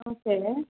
okay ma'am